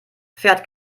fährt